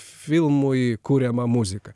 filmui kuriamą muziką